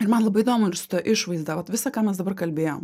ir man labai įdomu ir su ta išvaizda vat visa ką mes dabar kalbėjom